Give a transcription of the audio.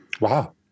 Wow